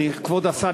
כבוד השר,